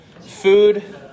Food